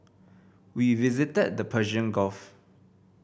we visited the Persian Gulf